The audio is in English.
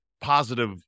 positive